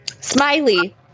Smiley